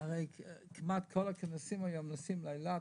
כמעט בכל הכנסים היום נוסעים לאילת,